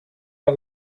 are